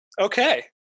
Okay